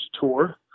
tour